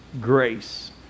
grace